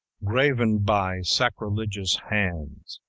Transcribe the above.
graven by sacrilegious hands,